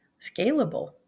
scalable